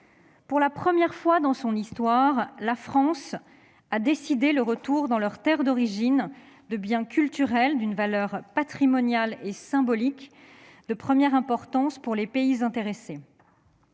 Pour la première fois dans son histoire, la France a décidé le retour dans leur terre d'origine de biens culturels d'une valeur patrimoniale et symbolique de première importance pour les pays intéressés.